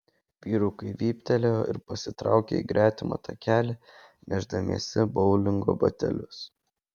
vyrukai vyptelėjo ir pasitraukė į gretimą takelį nešdamiesi boulingo batelius